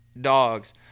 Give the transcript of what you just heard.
dogs